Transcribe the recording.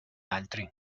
altri